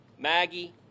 Maggie